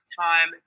time